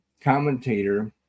commentator